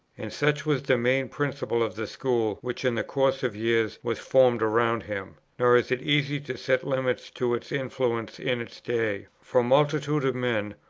and such was the main principle of the school which in the course of years was formed around him nor is it easy to set limits to its influence in its day for multitudes of men,